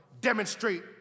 demonstrate